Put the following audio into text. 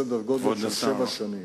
סדר-גודל של שבע שנים.